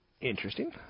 interesting